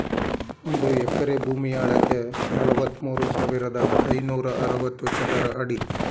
ಒಂದು ಎಕರೆ ಭೂಮಿಯ ಅಳತೆ ನಲವತ್ಮೂರು ಸಾವಿರದ ಐನೂರ ಅರವತ್ತು ಚದರ ಅಡಿ